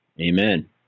Amen